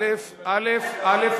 לא תקשורת אלא התקשורת החופשית.